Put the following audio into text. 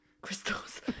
crystals